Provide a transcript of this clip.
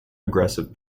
aggressive